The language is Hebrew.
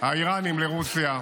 האיראניים לרוסיה,